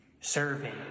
serving